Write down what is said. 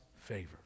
favor